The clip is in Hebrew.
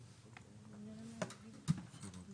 ב-143.